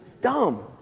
Dumb